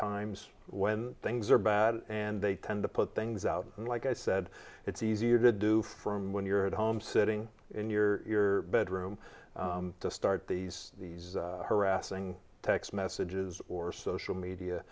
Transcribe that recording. times when things are bad and they tend to put things out and like i said it's easier to do from when you're at home sitting in your bedroom to start these these harassing text messages or social media